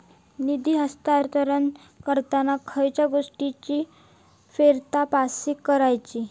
निधी हस्तांतरण करताना खयच्या गोष्टींची फेरतपासणी करायची?